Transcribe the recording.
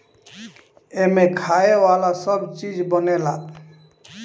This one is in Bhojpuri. एमें खाए वाला सब चीज बनेला